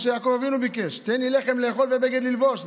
מה שיעקב אבינו ביקש: תן לי לחם לאכול ובגד ללבוש,